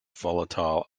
volatile